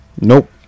Nope